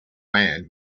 man